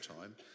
time